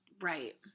Right